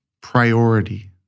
priority